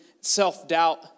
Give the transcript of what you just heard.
self-doubt